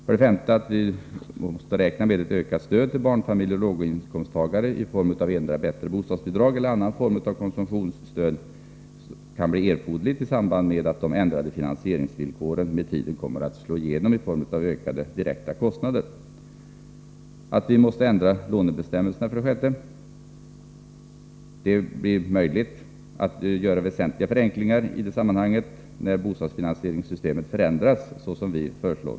För det femte måste vi räkna med ett ökat stöd till barnfamiljer och låginkomsttagare, i form av endera bättre bostadsbidrag eller någon annan form av konsumtionsstöd som kan bli erforderlig i samband med att de ändrade finansieringsvillkoren med tiden slår igenom i ökade direkta kostnader. Man måste för det sjätte förenkla lånebestämmelserna. Det blir möjligt att göra väsentliga förenklingar när bostadsfinansieringssystemet förändrats såsom vi föreslår.